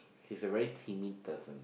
he's a very timid person